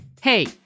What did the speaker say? Hey